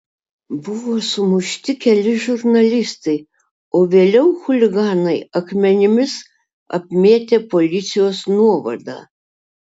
buvo sumušti keli žurnalistai o vėliau chuliganai akmenimis apmėtė policijos nuovadą